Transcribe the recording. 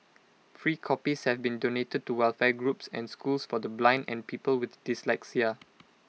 free copies have been donated to welfare groups and schools for the blind and people with dyslexia